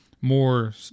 more